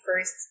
first